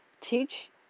teach